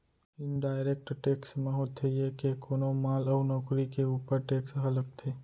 indirect tax म होथे ये के कोनो माल अउ नउकरी के ऊपर टेक्स ह लगथे